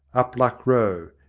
up luck row,